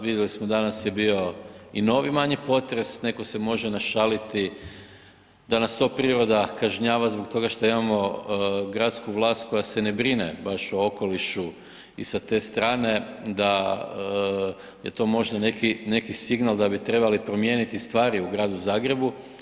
Vidjeli smo, danas je bio i novi manji potres, neko se može našaliti da nas to priroda kažnjava zbog toga što imamo gradsku vlast koja se ne brine baš o okolišu i sa te strane da je to možda neki, neki signal da bi trebali promijeniti stvari u Gradu Zagrebu.